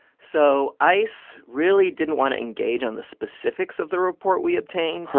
so ice really didn't want to engage on the specifics of the report we obtained.